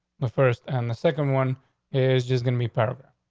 the first and the second one is just gonna be paragraph.